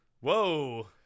Whoa